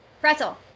Pretzel